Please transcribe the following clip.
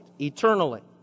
eternally